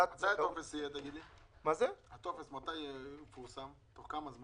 היא תהיה נמוכה יותר מסכום ההלוואות שעומד כנגדו,